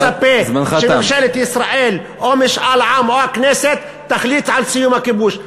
אני לא מצפה שממשלת ישראל או משאל עם או הכנסת יחליטו על סיום הכיבוש.